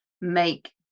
make